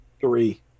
Three